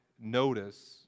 notice